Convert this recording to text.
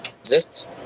exist